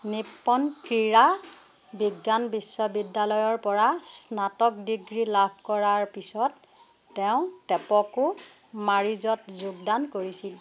Nippon ক্ৰীড়া বিজ্ঞান বিশ্ববিদ্যালয়ৰ পৰা স্নাতক ডিগ্ৰী লাভ কৰাৰ পিছত তেওঁ টেপকো মাৰিজত যোগদান কৰিছিল